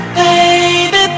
baby